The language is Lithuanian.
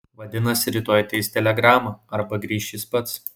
vadinasi rytoj ateis telegrama arba grįš jis pats